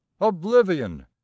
oblivion